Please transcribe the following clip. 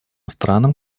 странам